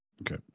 Okay